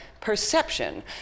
perception